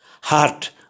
Heart